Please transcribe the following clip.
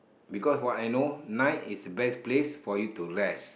because what I know night is best place for you to rest